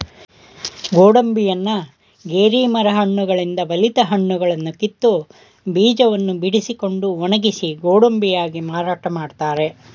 ಗೋಡಂಬಿಯನ್ನ ಗೇರಿ ಮರ ಹಣ್ಣುಗಳಿಂದ ಬಲಿತ ಹಣ್ಣುಗಳನ್ನು ಕಿತ್ತು, ಬೀಜವನ್ನು ಬಿಡಿಸಿಕೊಂಡು ಒಣಗಿಸಿ ಗೋಡಂಬಿಯಾಗಿ ಮಾರಾಟ ಮಾಡ್ತರೆ